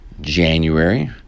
January